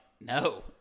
no